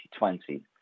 2020